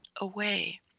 away